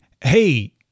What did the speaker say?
hey